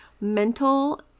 mental